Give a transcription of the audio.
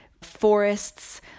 forests